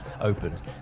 opens